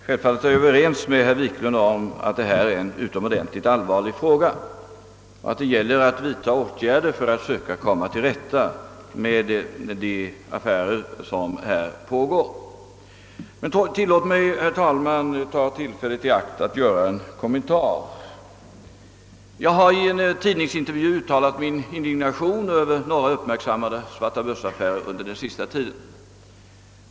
Herr talman! Självfallet är jag överens med herr Wiklund i Härnösand om att detta är en mycket allvarlig fråga och att det gäller att vidtaga åtgärder för att söka komma till rätta med de affärer som pågår. Jag vill, herr talman, ta tillfället i akt för att göra ytterligare en kommentar. Jag har i en tidningsintervju uttalat min indignation över några uppmärksammade svartabörsaffärer under den senaste tiden.